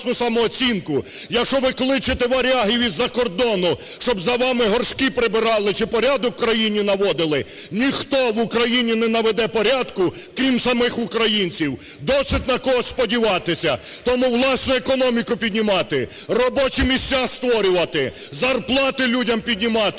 якщо ви кличете варягів із-за кордону, щоб за вами горшки прибирали, чи порядок в країні наводили, ніхто в Україні не наведе порядку крім самих українців. Досить на когось сподіватися. Треба власну економіку піднімати, робочі місця створювати, зарплати людям піднімати,